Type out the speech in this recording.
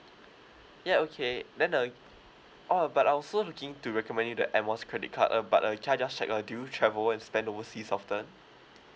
ya okay then uh oh but I also looking to recommend you the air miles credit card uh but uh can I just check uh do you travel and spend overseas often